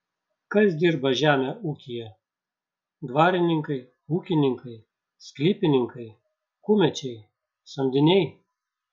kas dirba žemę ūkyje dvarininkai ūkininkai sklypininkai kumečiai samdiniai